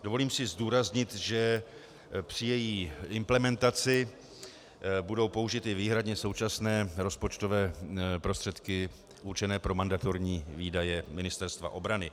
Dovolím si zdůraznit, že při její implementaci budou použity výhradně současné rozpočtové prostředky určené pro mandatorní výdaje Ministerstva obrany.